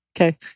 Okay